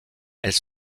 elles